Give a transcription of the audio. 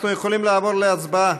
אנחנו יכולים לעבור להצבעה.